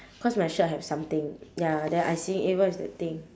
cause my shirt have something ya then I see eh what is that thing